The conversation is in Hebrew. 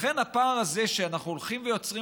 לכן, הפער הזה שאנחנו הולכים ויוצרים,